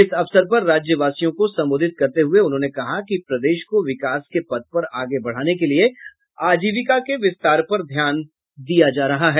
इस अवसर पर राज्य वासियों को संबोधित करते हुये उन्होंने कहा कि प्रदेश को विकास के पथ पर आगे बढ़ाने के लिये अजीविका के विस्तार पर ध्यान दिया जा रहा है